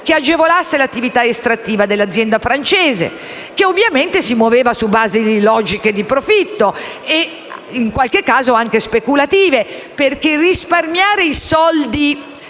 che agevolasse l'attività estrattiva dell'azienda francese, che ovviamente si muoveva sulla base di logiche di profitto, in qualche caso anche speculative, perché risparmiare i soldi